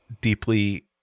deeply